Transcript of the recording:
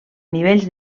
nivells